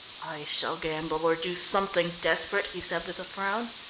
i shall gamble or do something desperate, he said with a frown.